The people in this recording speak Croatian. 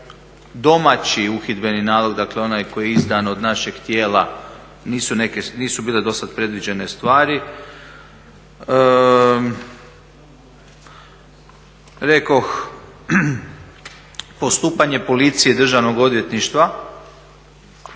domaći uhidbeni nalog dakle onaj koji je izdan od našeg tijela, nisu bile do sada predviđene stvari. Rekoh postupanje policije i državnog odvjetništva